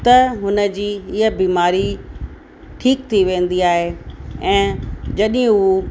त हुनजी हीअ बिमारी ठीकु थी वेंदी आहे ऐं जॾहिं हू